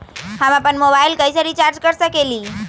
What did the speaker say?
हम अपन मोबाइल कैसे रिचार्ज कर सकेली?